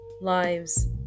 Lives